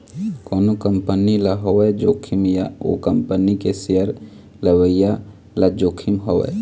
कोनो कंपनी ल होवय जोखिम या ओ कंपनी के सेयर लेवइया ल जोखिम होवय